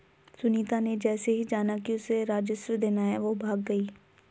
सुनीता ने जैसे ही जाना कि उसे राजस्व देना है वो भाग गई